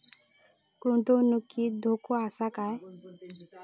गुंतवणुकीत धोको आसा काय?